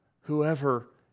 whoever